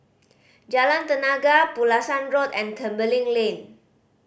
Jalan Tenaga Pulasan Road and Tembeling Lane